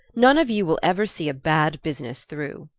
none of you will ever see a bad business through!